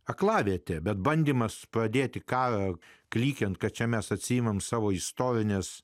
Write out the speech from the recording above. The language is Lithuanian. aklavietė bet bandymas pradėti karą klykiant kad čia mes atsiimame savo istorines